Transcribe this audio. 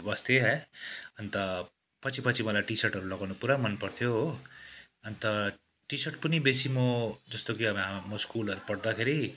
बस्थेँ है अन्त पछि पछि मलाई टिसर्टहरू लगाउनु पुरा मनपर्थ्यो हो अन्त टिसर्ट पनि बेसी म जस्तो कि अब हा म स्कुलहरू पढ्दाखेरि